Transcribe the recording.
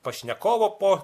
pašnekovu po